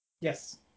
Yes